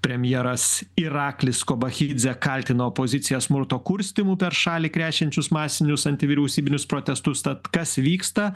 premjeras iraklis kobachidzė kaltino opoziciją smurto kurstymu per šalį krečiančius masinius antivyriausybinius protestus tad kas vyksta